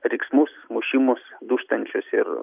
riksmus mušimus dūžtančius ir